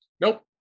Nope